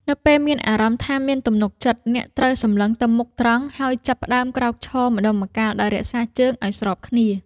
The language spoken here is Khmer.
នៅពេលមានអារម្មណ៍ថាមានទំនុកចិត្ត អ្នកត្រូវសម្លឹងទៅមុខត្រង់ ហើយចាប់ផ្ដើមក្រោកឈរម្ដងម្កាលដោយរក្សាជើងឱ្យស្របគ្នា។